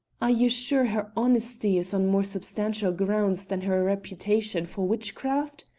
are you sure her honesty is on more substantial grounds than her reputation for witchcraft?